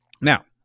now